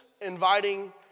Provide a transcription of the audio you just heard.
inviting